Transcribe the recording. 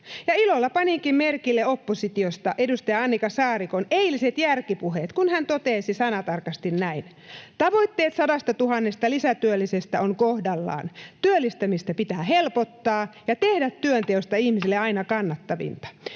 ilolla paninkin merkille oppositiosta edustaja Annika Saarikon eiliset järkipuheet, kun hän totesi sanatarkasti näin: ”Tavoitteet sadastatuhannesta lisätyöllisestä ovat kohdallaan. Työllistämistä pitää helpottaa ja tehdä työnteosta ihmisille aina kannattavinta.